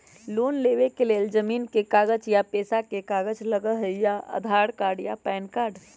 Loan लेवेके लेल जमीन के कागज या पेशा के कागज लगहई या आधार कार्ड या पेन कार्ड?